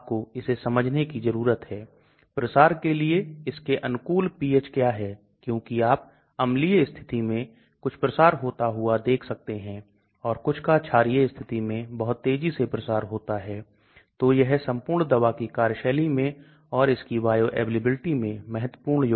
फिर SwissADME यदि आप उस सॉफ्टवेयर पर जाते हैं तो आप संरचनाओं को बना सकते हैं और हम यह अनुमान लगा सकते हैं कि किसी विशेष संरचना का LogP क्या होगा इसलिए यदि LogP 2 बहुत कम है तो आप महसूस कर सकते हैं की यह हाइड्रोफिलिक होने जा रहा है इसलिए हाइड्रोफीलिसिटी को कम करना बेहतर है